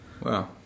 Wow